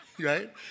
right